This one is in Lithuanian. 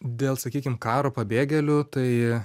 dėl sakykim karo pabėgėlių tai